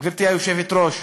גברתי היושבת-ראש,